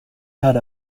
had